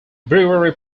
brewery